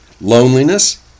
loneliness